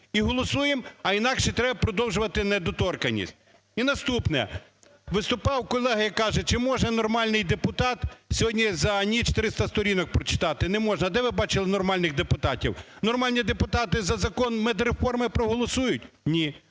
і голосуємо, а інакше треба продовжувати недоторканність. І наступне. Виступав колега і каже, чи може нормальний депутат сьогодні за ніч 300 сторінок прочитати. Не може. А де ви бачили нормальних депутатів? Нормальні депутати за Закон медреформи проголосують? Ні.